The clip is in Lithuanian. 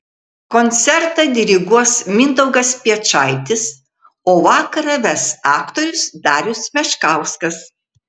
koncertą diriguos mindaugas piečaitis o vakarą ves aktorius darius meškauskas